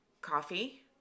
Coffee